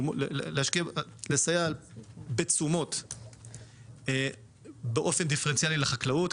לסייע בתשומות באופן דיפרנציאלי לחקלאות.